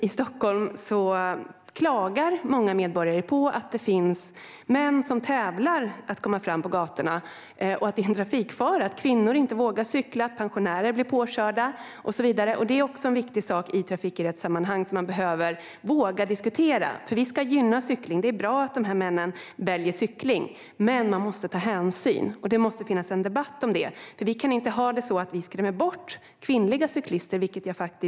I Stockholm klagar många medborgare på att det finns män som tävlar i att komma fram på gatorna, och det är en trafikfara. Kvinnor vågar inte cykla, pensionärer blir påkörda och så vidare. Det är också en viktig sak i trafiksäkerhetssammanhang som man behöver våga diskutera. Vi ska gynna cykling. Det är bra att de männen väljer att cykla. Men man måste ta hänsyn. Det måste finnas en debatt om det. Det kan inte vara på det sättet att kvinnliga cyklister skräms bort.